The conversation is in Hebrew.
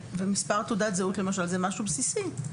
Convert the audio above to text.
מספר תעודת זהות למשל, זה משהו בסיסי.